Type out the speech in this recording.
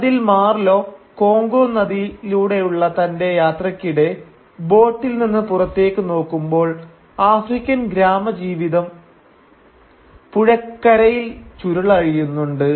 അതിൽ Marlow Congo നദിയിലൂടെയുള്ള തന്റെ യാത്രയ്ക്കിടെ ബോട്ടിൽ നിന്ന് പുറത്തേക്ക് നോക്കുമ്പോൾ ആഫ്രിക്കൻ ഗ്രാമജീവിതം പുഴക്കരയിൽ ചുരുളഴിയുന്നുണ്ട്